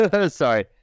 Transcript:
sorry